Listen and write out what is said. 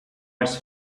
its